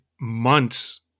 months